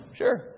sure